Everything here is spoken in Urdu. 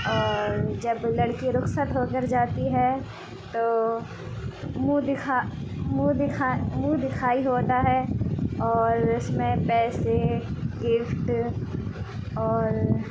اور جب لڑکی رخصت ہو کر جاتی ہے تو منہ دکھا منہ دکھا منہ دکھائی ہوتا ہے اور اس میں پیسے گفٹ اور